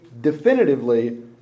definitively